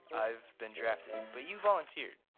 i've been drafted. but you volunteered.